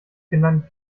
kindern